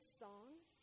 songs